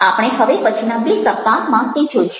આપણે હવે પછીના બે સપ્તાહમાં તે જોઈશું